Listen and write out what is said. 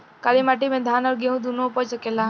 काली माटी मे धान और गेंहू दुनो उपज सकेला?